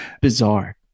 Bizarre